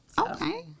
Okay